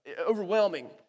overwhelming